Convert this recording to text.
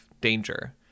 danger